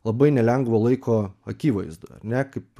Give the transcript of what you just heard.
labai nelengvo laiko akivaizdoje ar ne kaip